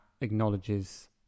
acknowledges